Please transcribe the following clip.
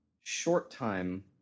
short-time